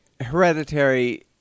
Hereditary